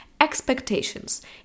Expectations